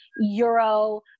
Euro